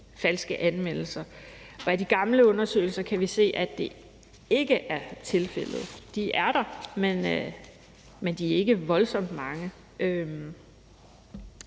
falske anmeldelser, og af de gamle undersøgelser kan vi se, at det ikke er tilfældet. De er der, men de er ikke voldsomt mange.